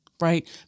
right